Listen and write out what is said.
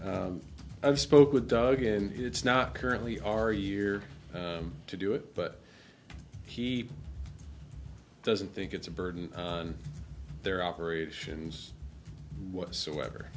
i've spoke with doug and it's not currently our year to do it but he doesn't think it's a burden on their operations whatsoever